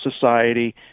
society